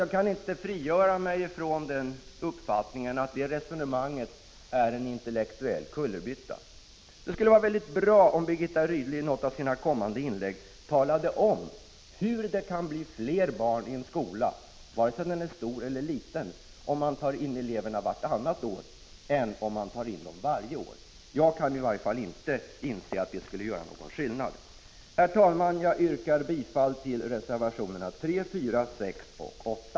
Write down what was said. Jag kan nämligen inte frigöra mig från uppfattningen att ett sådant resonemang är en intellektuell kullerbytta. Det skulle vara mycket bra om Birgitta Rydle i ett kommande inlägg ville tala om hur det kan bli fler barn i en skola — vare sig denna är stor eller liten — om eleverna tas in vartannat år i stället för varje år. Jag kan i varje fall inte inse att det skulle bli någon skillnad. Herr talman! Jag yrkar bifall till reservationerna 3, 4, 6 och 8.